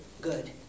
good